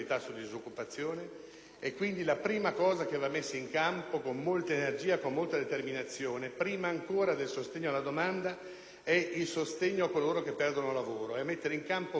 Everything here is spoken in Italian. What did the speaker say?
Pertanto, la prima cosa che va messa in campo con molta energia e determinazione, prima ancora del sostegno alla domanda, è il sostegno a coloro che perdono il lavoro, attuando dispositivi,